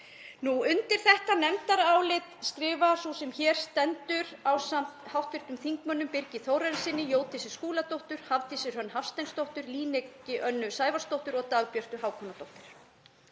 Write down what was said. Undir þetta nefndarálit skrifa sú sem hér stendur ásamt hv. þingmönnum Birgi Þórarinssyni, Jódísi Skúladóttir, Hafdísi Hrönn Hafsteinsdóttir, Líneik Önnu Sævarsdóttur og Dagbjörtu Hákonardóttur.